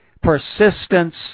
Persistence